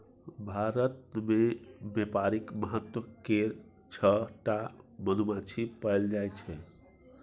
भारत मे बेपारिक महत्व केर छअ टा मधुमाछी पएल जाइ छै